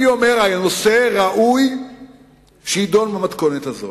אני אומר, הנושא ראוי שיידון במתכונת הזאת.